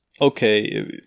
okay